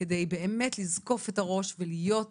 על מנת באמת לזקוף את הראש ולהיות